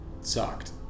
sucked